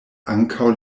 ankaŭ